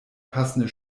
passende